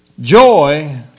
Joy